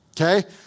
Okay